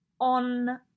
on